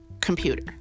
computer